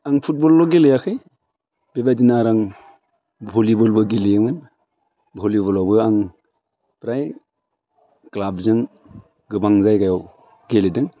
आं फुटबलल' गेलेयाखै बेबायदिनो आरो आं भलिबलबो गेलेयोमोन भलिबलावबो आं फ्राय क्लाबजों गोबां जायगायाव गेलेदों